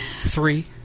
Three